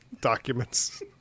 documents